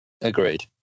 Agreed